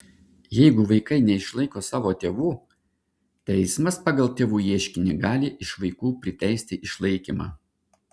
jeigu vaikai neišlaiko savo tėvų teismas pagal tėvų ieškinį gali iš vaikų priteisti išlaikymą